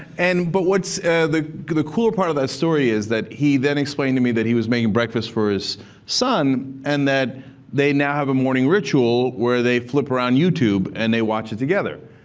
and but the the cool part of that story is that he then explained to me that he was making breakfast for his son, and that they now have a morning ritual where they flip around youtube, and they watch it together.